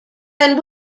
can